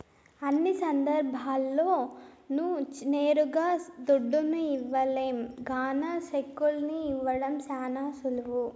అన్ని సందర్భాల్ల్లోనూ నేరుగా దుడ్డుని ఇవ్వలేం గాన సెక్కుల్ని ఇవ్వడం శానా సులువు